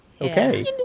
Okay